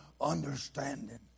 understanding